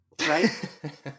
Right